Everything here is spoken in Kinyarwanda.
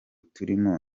turimo